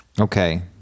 Okay